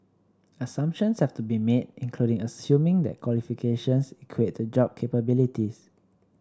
assumptions have to be made including assuming that qualifications equate to job capabilities